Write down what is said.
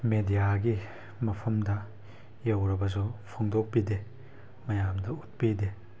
ꯃꯦꯗꯤꯌꯥꯒꯤ ꯃꯐꯝꯗ ꯌꯧꯔꯕꯁꯨ ꯐꯣꯡꯗꯣꯛꯄꯤꯗꯦ ꯃꯌꯥꯝꯗ ꯎꯠꯄꯤꯗꯦ